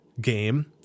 game